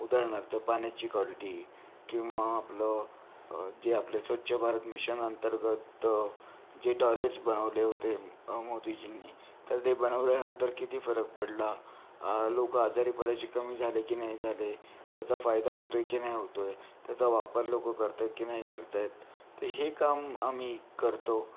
उदाहरणार्थ पाण्याची क्वालिटी किंवा आपलं जे आपले स्वच्छ भारत मिशन अंतर्गत जे टॉयलेट्स बनवले होते मोदीजींनी तर ते बनवल्यानंतर किती फरक पडला लोक आजारी पडायचे कमी झाले की नाही झाले त्याचा फायदा होतो आहे की नाही होतो आहे त्याचा वापर लोक करत आहेत की नाही करत आहेत तर हे काम आम्ही करतो